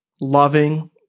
loving